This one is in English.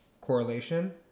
correlation